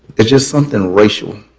it's just something racial,